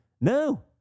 No